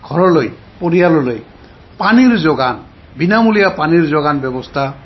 ঘৰলৈ পৰিয়াললৈ পানীৰ যোগান বিনামূলীয়া পানীৰ যোগান ব্যৱস্থা